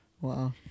Wow